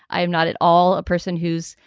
i'm not at all a person who's,